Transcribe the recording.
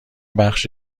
بخش